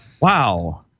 Wow